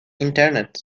internet